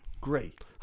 Great